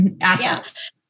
assets